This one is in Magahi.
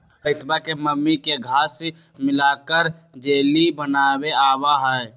रोहितवा के मम्मी के घास्य मिलाकर जेली बनावे आवा हई